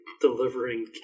delivering